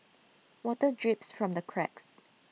water drips from the cracks